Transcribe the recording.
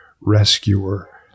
rescuer